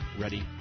ready